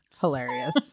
Hilarious